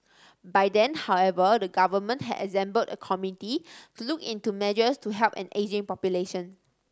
by then however the government had assembled a committee to look into measures to help an ageing population